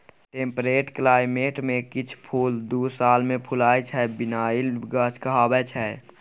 temperate climate मे किछ फुल दु साल मे फुलाइ छै बायनियल गाछ कहाबै छै